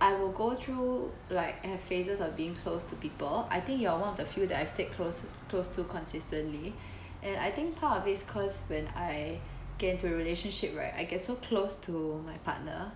I will go through like I have phases of being close to people I think you're one of the few that I stayed close close to consistently and I think part of it is cause when I get into a relationship right I get so close to my partner